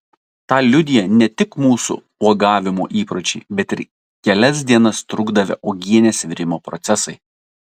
tą liudija ne tik mūsų uogavimo įpročiai bet ir kelias dienas trukdavę uogienės virimo procesai